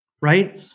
right